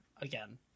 again